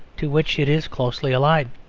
to which it is closely allied.